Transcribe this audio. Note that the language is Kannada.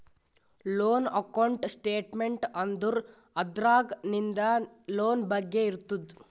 ಲೋನ್ ಅಕೌಂಟ್ ಸ್ಟೇಟ್ಮೆಂಟ್ ಅಂದುರ್ ಅದ್ರಾಗ್ ನಿಂದ್ ಲೋನ್ ಬಗ್ಗೆ ಇರ್ತುದ್